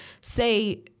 say